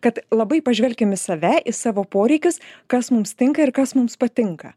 kad labai pažvelkim į save į savo poreikius kas mums tinka ir kas mums patinka